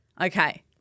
Okay